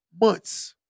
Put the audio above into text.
months